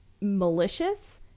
malicious